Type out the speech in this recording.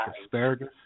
asparagus